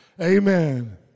Amen